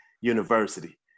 university